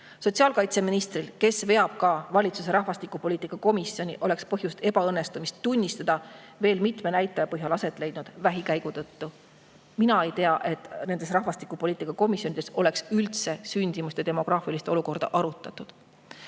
Sotsiaalkaitseministril, kes veab ka valitsuse rahvastikupoliitika komisjoni, oleks põhjust ebaõnnestumist tunnistada veel mitme aset leidnud vähikäigu tõttu. Mina ei tea, et nendes rahvastikupoliitika komisjonides oleks üldse sündimust ja demograafilist olukorda arutatud.